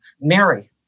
Mary